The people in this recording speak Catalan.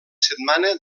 setmana